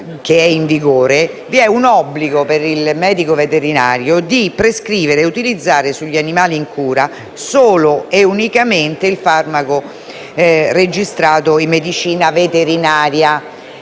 che è in vigore, vi è un obbligo per il medico veterinario di prescrivere e utilizzare per gli animali in cura solo ed esclusivamente il farmaco registrato in medicina veterinaria